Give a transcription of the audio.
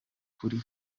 kuri